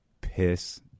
piss